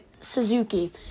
Suzuki